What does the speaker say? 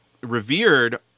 revered